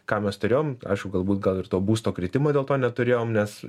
ką mes turėjom aišku galbūt gal ir to būsto kritimo dėl to neturėjom nes